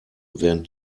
werden